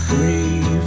Free